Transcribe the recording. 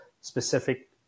specific